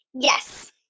Yes